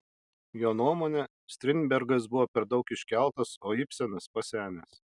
jo nuomone strindbergas buvo per daug iškeltas o ibsenas pasenęs